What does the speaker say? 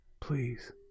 Please